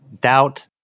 doubt